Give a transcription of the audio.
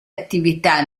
attività